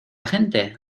gente